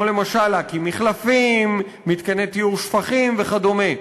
למשל להקים מחלפים, מתקני טיהור שפכים וכדומה,